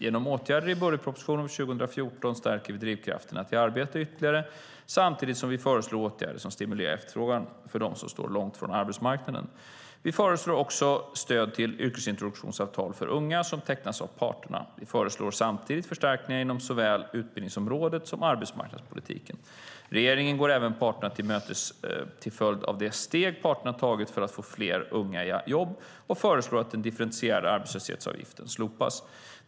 Genom åtgärder i budgetpropositionen för 2014 stärker vi drivkrafterna till arbete ytterligare samtidigt som vi föreslår åtgärder som stimulerar efterfrågan för dem som står långt från arbetsmarknaden. Vi föreslår också stöd till yrkesintroduktionsavtal för unga som tecknas av parterna. Vi föreslår samtidigt förstärkningar inom såväl utbildningsområdet som arbetsmarknadspolitiken. Regeringen går även parterna till mötes till följd av de steg parterna tagit för att få fler unga i jobb och föreslår att den differentierade arbetslöshetsavgiften slopas.